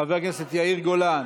חבר הכנסת יאיר גולן,